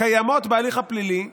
בהליך הפלילי.